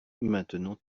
maintenant